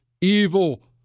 evil